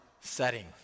setting